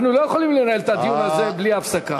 אנחנו לא יכולים לנהל את הדיון הזה בלי הפסקה.